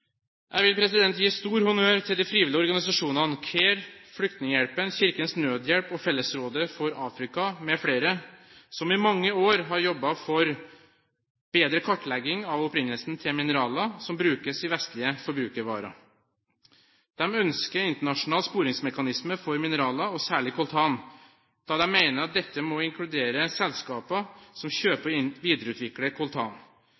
Jeg vil gi stor honnør til de frivillige organisasjonene CARE, Flyktninghjelpen, Kirkens Nødhjelp og Fellesrådet for Afrika mfl., som i mange år har jobbet for bedre kartlegging av opprinnelsen til mineraler som brukes i vestlige forbruksvarer. De ønsker internasjonale sporingsmekanismer for mineraler, særlig coltan, da de mener at dette må inkludere selskaper som kjøper